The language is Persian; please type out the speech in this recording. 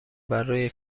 برای